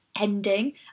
ending